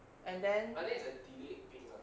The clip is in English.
and then